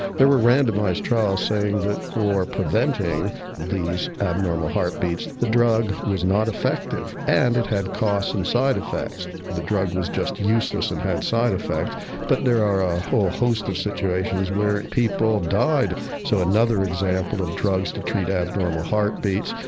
there were randomised trials saying that for preventing these abnormal heart beats the drug was not effective and it had cost and side effects. the drug was just useless and had side effects but there are a whole host of situations where people died so another example of drugs to treat abnormal heart beats.